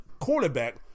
quarterback